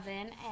oven